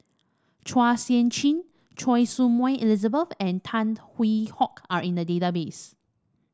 Chua Sian Chin Choy Su Moi Elizabeth and Tan Hwee Hock are in the database